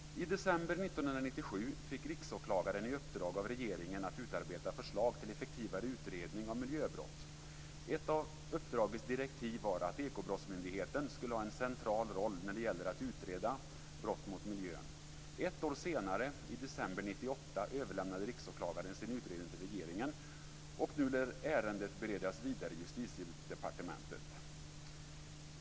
I december 1997 fick Riksåklagaren i uppdrag av regeringen att utarbeta förslag till effektivare utredning av miljöbrott. Ett av uppdragets direktiv var att Ekobrottsmyndigheten skulle ha en central roll när det gäller att utreda brott mot miljön. Ett år senare, i december 1998, överlämnade Riksåklagaren sin utredning till regeringen. Nu lär ärendet beredas vidare inom Justitiedepartementet.